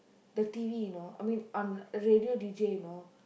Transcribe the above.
the T_V you know I mean on radio D_J you know